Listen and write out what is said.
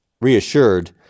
reassured